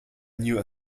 new